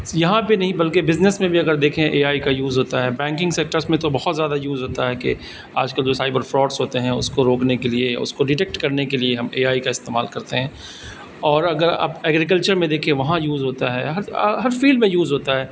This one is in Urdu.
یہاں پہ نہیں بلکہ بزنس میں بھی اگر دیکھیں اے آئی کا یوز ہوتا ہے بینکنگ سیکٹرس میں تو بہت زیادہ یو ہوتا ہے کہ آج کل جو سائبر فراڈس ہوتے ہیں اس کو روکنے کے لیے اس کو ڈیٹیکٹ کرنے کے لیے ہم اے آئی کا استعمال کرتے ہیں اور اگر آپ ایگریکلچر میں دیکھیے وہاں یوز ہوتا ہے ہر ہر فیلڈ میں یوز ہوتا ہے